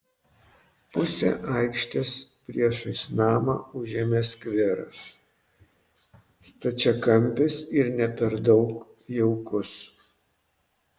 pusę aikštės priešais namą užėmė skveras stačiakampis ir ne per daug jaukus